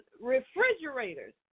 refrigerators